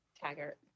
Taggart